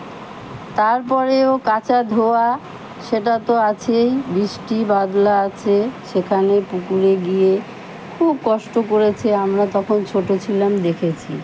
তারপরেও কাচা ধোয়া সেটা তো আছেই বৃষ্টি বাদলা আছে সেখানে পুকুরে গিয়ে খুব কষ্ট করেছে আমরা তখন ছোটো ছিলাম দেখেছি